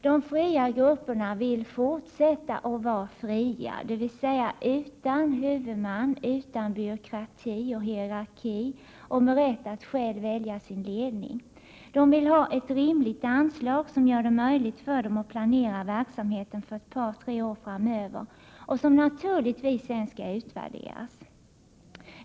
De fria grupperna vill fortsätta att vara fria, dvs. utan huvudman, utan byråkrati och hierarki och med rätt att själva välja ledning. De vill ha ett rimligt anslag som gör det möjligt för dem att planera verksamheten för ett par tre år framöver, och som naturligtvis sedan skall utvärderas.